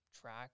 track